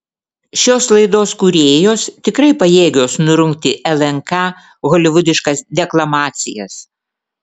šios laidos kūrėjos tikrai pajėgios nurungti lnk holivudiškas deklamacijas